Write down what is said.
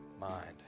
mind